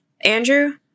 Andrew